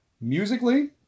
Musically